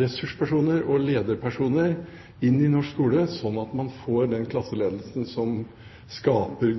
ressurspersoner og lederpersoner inn i norsk skole, sånn at man får den klasseledelsen som skaper